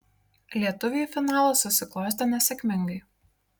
lietuviui finalas susiklostė nesėkmingai